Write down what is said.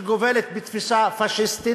שגובלת בתפיסה פאשיסטית,